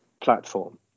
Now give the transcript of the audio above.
platform